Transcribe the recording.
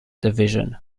division